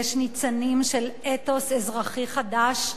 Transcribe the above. יש ניצנים של אתוס חברתי חדש,